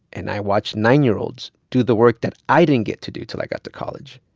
and i watched nine year olds do the work that i didn't get to do till i got to college.